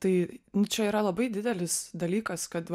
tai nu čia yra labai didelis dalykas kad